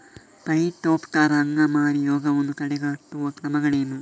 Phytophthora ಅಂಗಮಾರಿ ರೋಗವನ್ನು ತಡೆಗಟ್ಟುವ ಕ್ರಮಗಳೇನು?